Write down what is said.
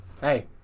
Hey